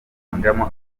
amafaranga